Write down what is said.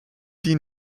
die